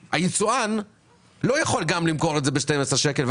היצואן לא יכול גם למכור את זה ב-12 שקלים,